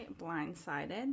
Blindsided